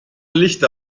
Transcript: lichter